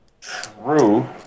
True